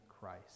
Christ